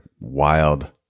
wild